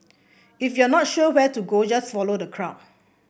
if you're not sure where to go just follow the crowd